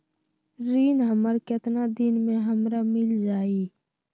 ऋण हमर केतना दिन मे हमरा मील जाई?